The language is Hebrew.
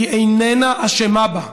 והיא איננה אשמה בה,